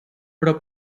però